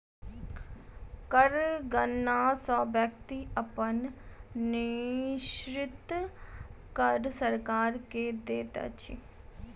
कर गणना सॅ व्यक्ति अपन निश्चित कर सरकार के दैत अछि